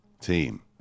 team